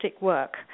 work